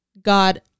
God